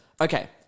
Okay